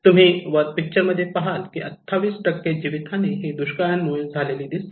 इथे तुम्ही वर पिक्चर मध्ये पहाल की 28 जीवित हानी ही दुष्काळामुळे झालेली दिसते